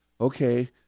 okay